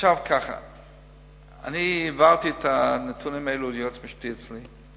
אני העברתי את הנתונים האלה ליועצת המשפטית אצלי,